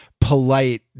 polite